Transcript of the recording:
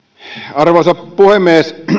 arvoisa puhemies